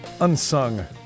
unsung